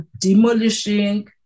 demolishing